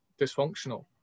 dysfunctional